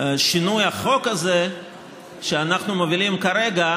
שינוי החוק הזה שאנחנו מובילים כרגע,